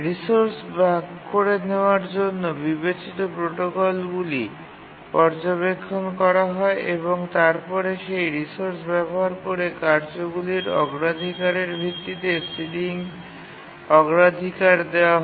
resource ভাগ করে নেওয়ার জন্য বিবেচিত প্রোটোকলগুলি পর্যবেক্ষণ করা হয় এবং তারপরে সেই রিসোর্স ব্যবহার করা কার্যগুলির অগ্রাধিকারের ভিত্তিতে সিলিং অগ্রাধিকার দেওয়া হয়